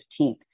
15th